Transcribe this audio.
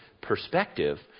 perspective